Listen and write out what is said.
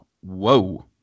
whoa